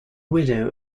widow